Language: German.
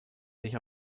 sich